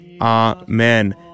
Amen